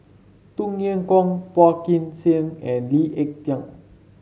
Tung Chye Hong Phua Kin Siang and Lee Ek Tieng